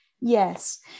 Yes